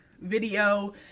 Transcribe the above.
video